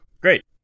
Great